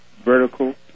vertical